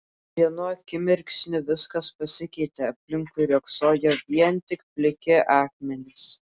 vienu akimirksniu viskas pasikeitė aplinkui riogsojo vien tik pliki akmenys